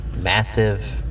Massive